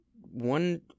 one